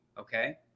Okay